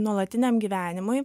nuolatiniam gyvenimui